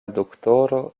doktoro